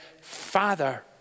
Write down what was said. Father